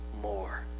more